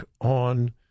on